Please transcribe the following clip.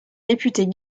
réputée